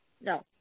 No